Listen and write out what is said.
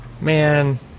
Man